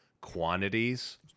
quantities